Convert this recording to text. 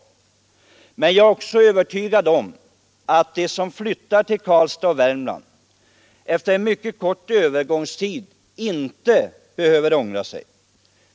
Men jag är också övertygad om att de som flyttar till Karlstad och Värmland efter en mycket kort övergångstid inte skall ångra sig.